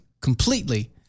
Completely